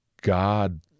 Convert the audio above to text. God